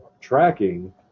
tracking